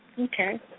Okay